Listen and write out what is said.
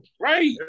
right